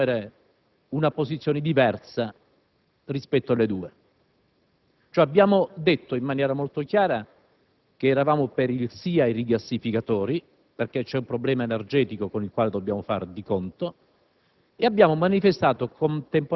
abbiamo cercato di assumere una posizione diversa rispetto alle due: abbiamo cioè detto in maniera molto chiara che eravamo favorevoli ai rigassificatori, perché c'è un problema energetico con il quale dobbiamo fare i conti;